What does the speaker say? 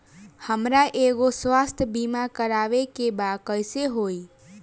हमरा एगो स्वास्थ्य बीमा करवाए के बा कइसे होई?